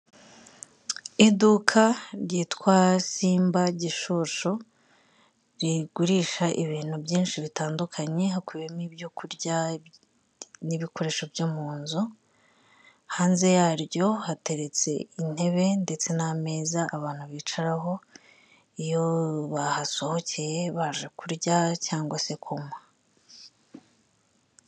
Iduka ryitwa simba gishushu rigurisha ibintu byinshi bitandukanye hakubiyemo ibyorya n'ibikoresho byo mun nzu hanze yaryo hateretse intebe ndetse n'meza abantu bicaraho iyo bahasohokeye baje kurya cyangwa se kunywa.